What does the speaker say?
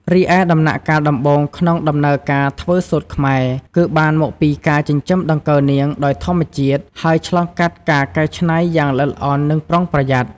រីឯដំណាក់កាលដំបូង ក្នុងដំណើរការធ្វើសូត្រខ្មែរ គឺបានមកពីការចិញ្ចឹមដង្កូវនាងដោយធម្មជាតិ ហើយឆ្លងកាត់ការកែច្នៃយ៉ាងល្អិតល្អន់និងប្រុងប្រយ័ត្ន។